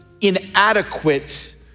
inadequate